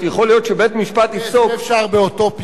יכול להיות שבית-משפט יפסוק, זה אפשר באוטופיה.